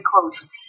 close